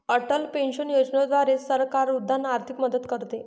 Atal pension योजनेद्वारे सरकार वृद्धांना आर्थिक मदत करते